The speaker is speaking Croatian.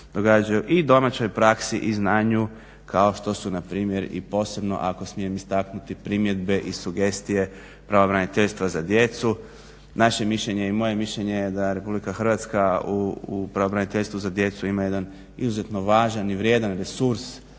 i domaćoj praksi i znanju kao što su npr. i posebno ako smijem istaknuti primjedbe i sugestije pravobraniteljstva za djecu, naše mišljenje i moje mišljenje je da RH u pravobraniteljstvu za djecu ima jedan izuzetno važan i vrijedan resurs